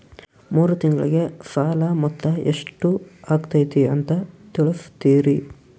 ಮೂರು ತಿಂಗಳಗೆ ಸಾಲ ಮೊತ್ತ ಎಷ್ಟು ಆಗೈತಿ ಅಂತ ತಿಳಸತಿರಿ?